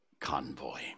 convoy